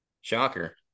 Shocker